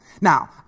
Now